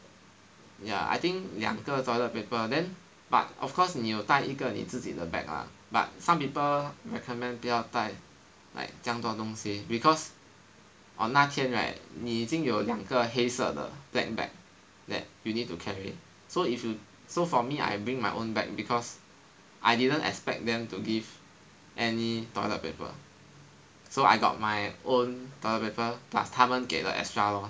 err ya I think 两个 toilet paper then but of course 你有带一个你自己的 bag ah but some people recommend 不要带 like 这样多东西 because on 那天 right 你已经有两个黑色的 black bag that you need to carry so if you so for me I bring my own bag because I didn't expect them to give any toilet paper so I got my own toilet paper plus 他们给的 extra lor